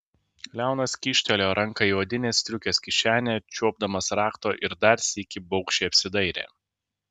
leonas kyštelėjo ranką į odinės striukės kišenę čiuopdamas rakto ir dar sykį baugščiai apsidairė